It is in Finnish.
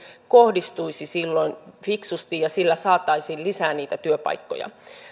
kohdistuisi silloin fiksusti ja sillä saataisiin lisää niitä työpaikkoja